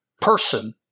person